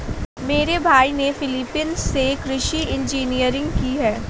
मेरे भाई ने फिलीपींस से कृषि इंजीनियरिंग की है